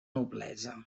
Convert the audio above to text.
noblesa